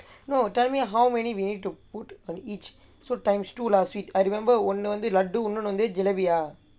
no tell me how many we need to put on each so times two last week I remember ஒன்னு வந்து:onnu vanthu laddu remember இன்னொன்னு வந்து:innonnu vanthu jelebi யா:yaa